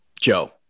Joe